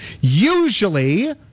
usually